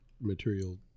material